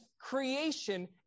creation